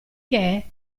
che